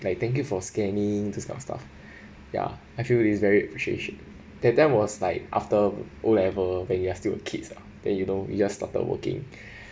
like thank you for scanning this kind of stuff ya I feel is very appreciation that time was like after O level when you are still a kids lah then you know you just started working